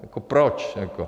Jako proč jako?